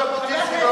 לא ז'בוטינסקי,